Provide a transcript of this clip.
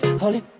holy